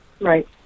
right